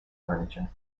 furniture